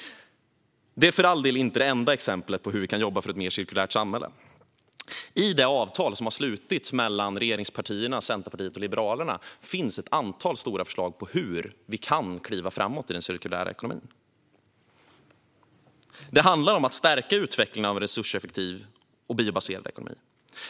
Det är för all del inte det enda exemplet på hur vi kan jobba för ett mer cirkulärt samhälle. I det avtal som har slutits mellan regeringspartierna, Centerpartiet och Liberalerna finns ett antal stora förslag på hur vi kan kliva framåt i den cirkulära ekonomin. Det handlar om att stärka utvecklingen av en resurseffektiv och biobaserad ekonomi.